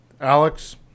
Alex